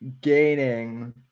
gaining